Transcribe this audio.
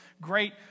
great